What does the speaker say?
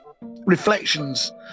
reflections